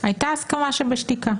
הייתה הסכמה שבשתיקה.